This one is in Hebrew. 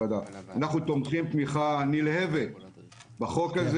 אנחנו תומכים תמיכה נלהבת בחוק הזה.